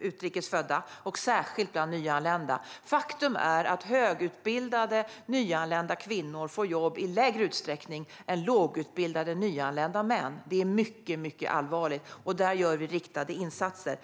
utrikes födda och särskilt bland nyanlända. Faktum är att högutbildade nyanlända kvinnor får jobb i mindre utsträckning än lågutbildade nyanlända män. Det är mycket allvarligt, och där gör vi riktade insatser.